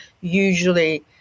usually